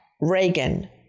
Reagan